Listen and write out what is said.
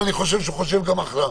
ואני חושב שהוא חושב גם עכשיו.